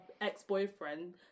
ex-boyfriend